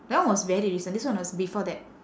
that one was very recent this one was before that